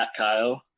thatkyle